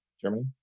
Germany